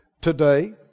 today